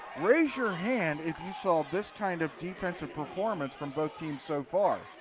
raise your hand if you saw this kind of defensive performance from both teams so far.